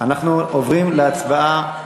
אנחנו עוברים להצבעה.